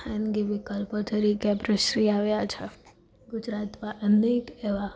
ખાનગી વિકલ્પો તરીકે પ્રસરી આવ્યા છે ગુજરાતમાં અનેક એવા